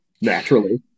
naturally